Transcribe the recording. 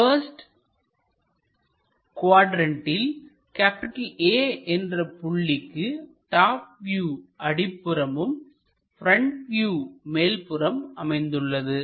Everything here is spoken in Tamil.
பஸ்ட் குவாட்ரண்ட்டில் A என்ற புள்ளிக்கு டாப் வியூ அடிப்புறமும் ப்ரெண்ட் வியூ மேல்புறம் அமைந்துள்ளது